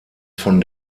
von